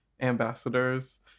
ambassadors